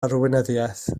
arweinyddiaeth